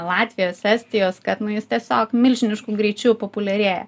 latvijos estijos kad na jis tiesiog milžinišku greičiu populiarėja